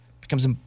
becomes